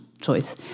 choice